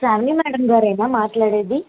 Shalini madam గారేనా మాట్లాడేది